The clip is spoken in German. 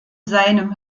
seinem